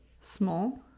Small